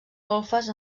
golfes